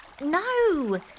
No